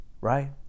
right